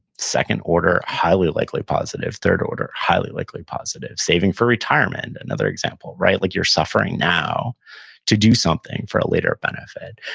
second order highly likely positive, third order highly likely positive. saving for retirement, another example. like you're suffering now to do something for a later benefit,